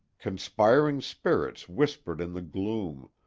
conspiring spirits whispered in the gloom,